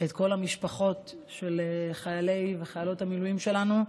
את כל המשפחות של חיילי וחיילות המילואים שלנו,